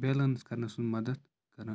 balance کَرنَس منٛز مَدَتھ کَران